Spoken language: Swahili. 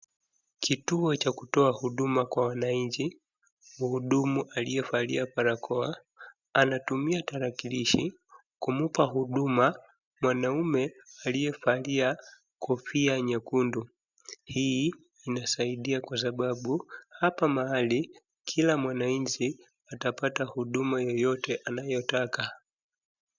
Kituo cha kutoa huduma kwa wananchi. Mhudumu aliyevaa barakoa anatumia tarakilishi kumpa mwanaume huduma aliyevalia kofia nyekundu. Hii inasaidia kwa sababu hapa pahali kila mwananchi atapata huduma yeyote anayotaka.